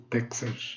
Texas